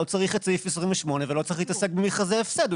לא צריך את סעיף 28 ולא צריך להתעסק במכרזי הפסד.